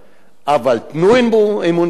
אבל תנו אמון במשטרה,